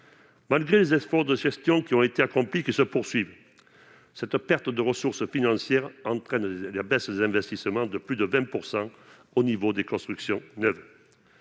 Malgré les efforts de gestion qui ont été accomplis et qui se poursuivent, cette perte de ressources financières entraîne une baisse des investissements de plus de 20 % au niveau des constructions neuves.